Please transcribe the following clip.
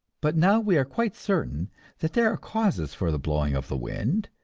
but now we are quite certain that there are causes for the blowing of the wind,